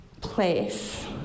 place